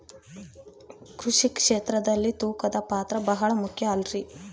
ಕೃಷಿ ಕ್ಷೇತ್ರದಲ್ಲಿ ತೂಕದ ಪಾತ್ರ ಬಹಳ ಮುಖ್ಯ ಅಲ್ರಿ?